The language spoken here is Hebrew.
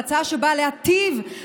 זו הצעה שבאה להיטיב,